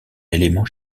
éléments